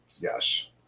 Yes